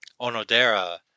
Onodera